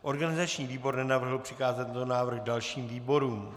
Organizační výbor nenavrhl přikázat tento návrh dalším výborům.